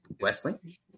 Wesley